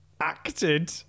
acted